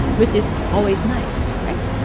which is always nice, right?